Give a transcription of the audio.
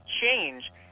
change